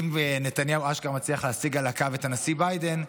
אם נתניהו אשכרה מצליח להשיג על הקו את הנשיא ביידן,